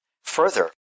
further